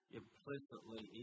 implicitly